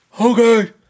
Okay